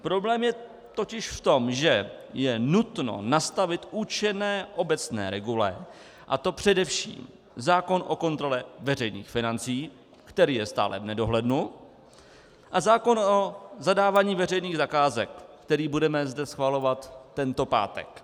Problém je totiž v tom, že je nutno nastavit účinné obecné regule, a to především zákon o kontrole veřejných financí, který je stále v nedohlednu, a zákon o zadávání veřejných zakázek, který zde budeme schvalovat tento pátek.